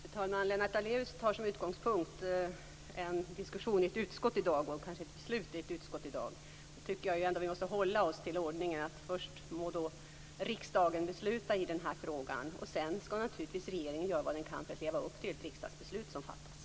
Fru talman! Lennart Daléus tar som utgångspunkt en diskussion och kanske ett beslut i ett utskott i dag. Jag tycker att vi måste hålla oss till ordningen. Först må riksdagen besluta i den här frågan, sedan skall naturligtvis regeringen göra vad den kan för att leva upp till det riksdagsbeslut som fattas.